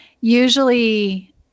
usually